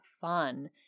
fun